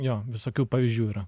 jo visokių pavyzdžių yra